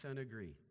agree